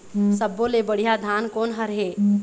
सब्बो ले बढ़िया धान कोन हर हे?